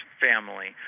family